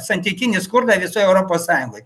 santykinį skurdą visoj europos sąjungoj